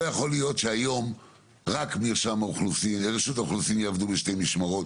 לא יכול להיות שהיום רק רשות האוכלוסין יעבדו בשתי משמרות.